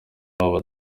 wabo